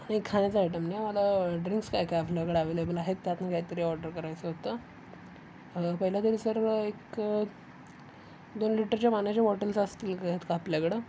आणि खाण्याचा आयटम नाही मला ड्रिंक्स काय काय आपल्याकडं अव्हेलेबल आहेत त्यातनं काहीतरी ऑर्डर करायचं होतं पहिलं तरी सर एक दोन लिटरच्या पाण्याच्या बॉटल्स असतील का आहेत का आपल्याकडं